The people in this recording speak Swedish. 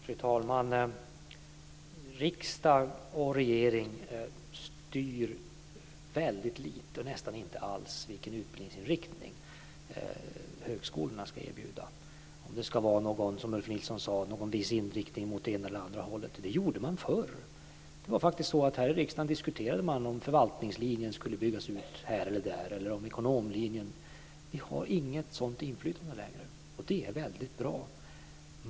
Fru talman! Riksdag och regering styr väldigt lite, nästan inte alls, vilken utbildningsinriktning högskolorna ska erbjuda, om det ska vara, som Ulf Nilsson sade, någon viss inriktning mot det ena eller andra hållet. Det gjorde man förr. Här i riksdagen diskuterade man faktiskt om förvaltningslinjen eller ekonomlinjen skulle byggas ut här eller där. Vi har inget sådant inflytande längre, och det är väldigt bra.